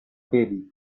baby